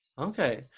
Okay